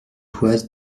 toises